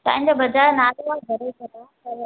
तव्हांजो बाज़ारि में नालो